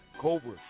Cobra